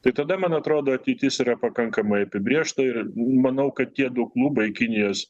tai tada man atrodo ateitis yra pakankamai apibrėžta ir manau kad tie du klubai kinijos